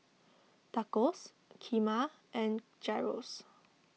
Tacos Kheema and Gyros